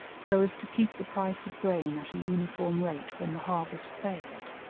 so as to keep the price of grain at a uniform rate when the harvest failed.